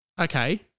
okay